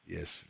Yes